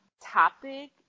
topic